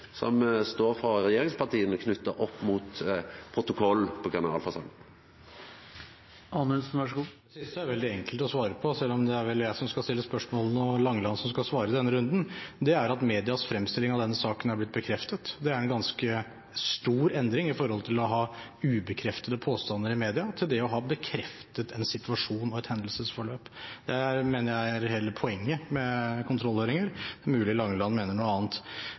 som står frå regjeringspartia si side, knytt opp mot protokoll på generalforsamlinga. Det siste er veldig enkelt å svare på – selv om det vel er jeg som skal stille spørsmålene, og Langeland som skal svare i denne runden – nemlig at medias fremstilling av denne saken er blitt bekreftet. Det er en ganske stor endring – fra det å ha ubekreftede påstander i media til det å ha bekreftet en situasjon og et hendelsesforløp. Det mener jeg er hele poenget med kontrollhøringer. Det er mulig Langeland mener noe annet.